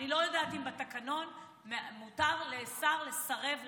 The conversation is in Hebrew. אני לא יודעת אם בתקנון מותר לשר לסרב לענות.